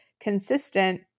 consistent